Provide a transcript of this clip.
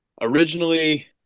originally